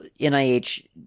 NIH